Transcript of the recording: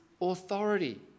authority